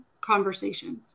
conversations